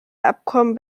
abkommen